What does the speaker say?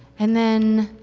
and then,